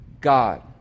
God